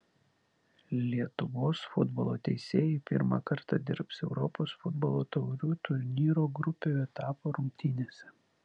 lietuvos futbolo teisėjai pirmą kartą dirbs europos futbolo taurių turnyro grupių etapo rungtynėse